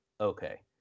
okay